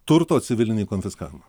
turto civilinį konfiskavimą